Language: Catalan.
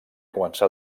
començà